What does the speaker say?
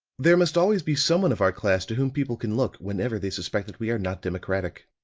there must always be some one of our class to whom people can look, whenever they suspect that we are not democratic.